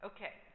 Okay